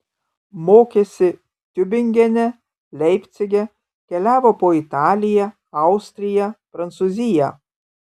mokėsi tiubingene leipcige keliavo po italiją austriją prancūziją